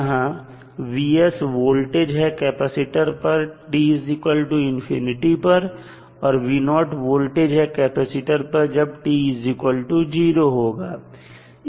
यहां वोल्टेज है कैपेसिटर पर t पर और वोल्टेज है कैपेसिटर पर जब t0 होगा